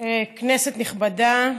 כנסת נכבדה,